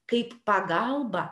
kaip pagalbą